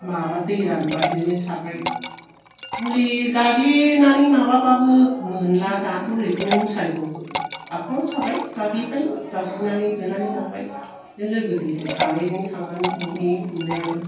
माबा दै रानबा बिदिनो सारबाय मुलि गाग्लिनानै माबाबाबो मोनला दाथ' मुसारिखौ आफांआव साबाय गाग्लिबाय गाग्लिनानै होना लांबाय बिदिनो लोगो दोगि सानैजों थानानै हमहैयो हमनायालाय